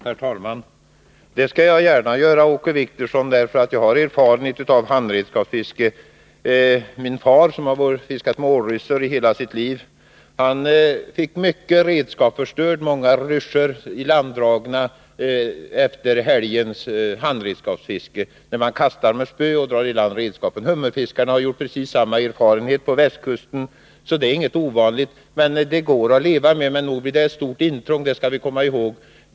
Herr talman! Det skall jag gärna göra, Åke Wictorsson, därför att jag har erfarenhet av handredskapsfisket. Min far som har fiskat med ålryssjor i hela sitt liv fick många redskap förstörda — många ilanddragna ryssjor efter helgens handredskapsfiske då man kastat med spö och dragit i land redskap. Hummerfiskarna har gjort precis samma erfarenhet på västkusten, så detta är inget ovanligt. Det går att leva med detta, men nog blir det ett stort intrång, det skall vi komma ihåg.